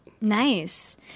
Nice